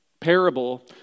parable